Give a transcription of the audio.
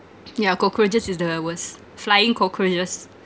yeah cockroaches is the worst flying cockroaches